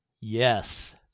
Yes